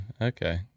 Okay